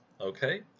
Okay